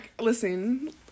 listen